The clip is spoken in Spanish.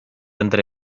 entre